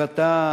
ואתה